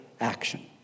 action